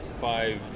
five